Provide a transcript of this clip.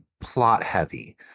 plot-heavy